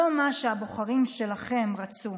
לא מה שהבוחרים שלכם רצו.